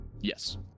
Yes